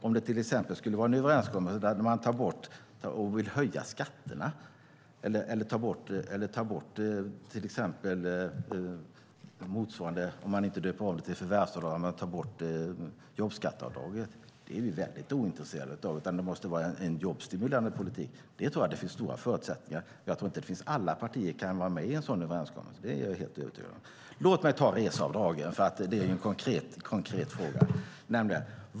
Om det till exempel skulle vara en överenskommelse om att höja skatterna eller ta bort jobbskatteavdraget är vi väldigt ointresserade. Det måste handla om en jobbstimulerande politik. Det tror jag att det finns stora förutsättningar för. Jag är helt övertygad om att alla partier kan vara med om en sådan överenskommelse. Låt mig så ta upp reseavdragen, för det är en konkret fråga.